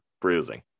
bruising